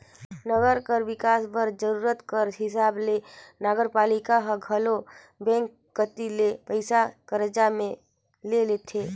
नंगर कर बिकास बर जरूरत कर हिसाब ले नगरपालिका हर घलो बेंक कती ले पइसा करजा में ले लेथे